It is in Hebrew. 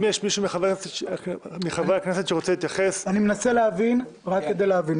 אם יש מישהו מחברי הכנסת שרוצה להתייחס --- רק כדי להבין,